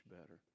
better